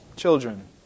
Children